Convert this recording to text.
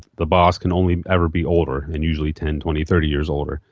the boss can only ever be older and usually ten, twenty, thirty years older.